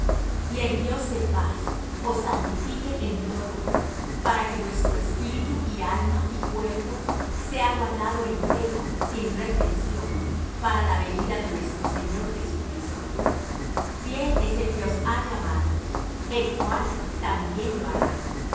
y el dios de paz os santifique en todo para que vuestro espíritu y alma y cuerpo sea guardado entero sin reprensión para la venida de nuestro señor jesucristo fiel es el que os ha llamado el cual también lo hará